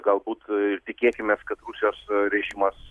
galbūt ir tikėkimės kad rusijos rėžimas